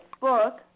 book